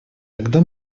тогда